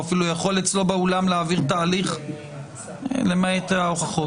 אפילו יכול אצלו באולם להעביר את ההליך למעט ההוכחות.